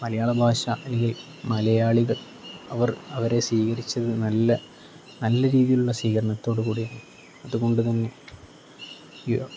മലയാള ഭാഷ അല്ലെങ്കിൽ മലയാളികൾ അവർ അവരെ സ്വീകരിച്ചത് നല്ല നല്ല രീതിയിലുള്ള സ്വീകരണത്തോട് കൂടിയാണ് അതുകൊണ്ട് തന്നെ